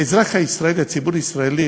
האזרח הישראלי, הציבור הישראלי,